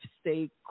Stay